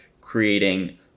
creating